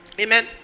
amen